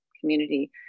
community